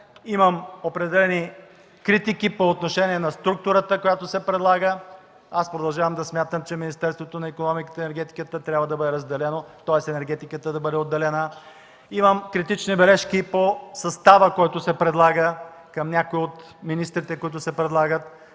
Имам определени критики по отношение на структурата, която се предлага. Аз продължавам да смятам, че Министерството на икономиката и енергетиката трябва да бъде разделено, тоест, енергетиката да бъде отделена. Имам критични бележки по състава, който се предлага, към някои от министрите, които се предлагат.